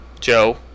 Joe